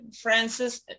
Francis